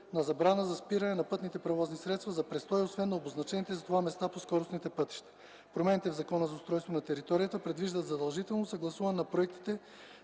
на забрана за спиране на пътните превозни средства за престой, освен на обозначените за това места по скоростните пътища. Промените в Закона за устройство на територията предвиждат задължително съгласуване на проектите